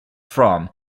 from